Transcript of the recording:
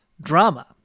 drama